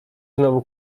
znowu